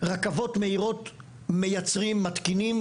רכבות מהירות מייצרים מתקינים